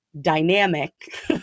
dynamic